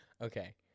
okay